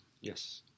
Yes